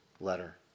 letter